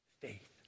Faith